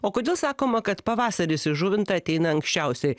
o kodėl sakoma kad pavasaris į žuvintą ateina anksčiausiai